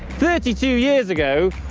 thirty two years ago,